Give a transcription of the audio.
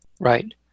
Right